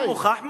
ודאי,